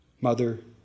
Mother